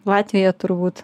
latvija turbūt